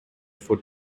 for